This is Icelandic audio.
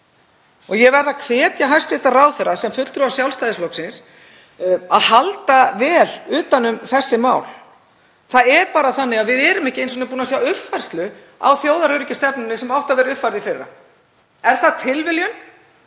Ég verð að hvetja hæstv. ráðherra sem fulltrúa Sjálfstæðisflokksins til að halda vel utan um þessi mál. Það er bara þannig að við erum ekki einu sinni búin að sjá uppfærslu á þjóðaröryggisstefnunni sem átti að uppfæra í fyrra. Er það tilviljun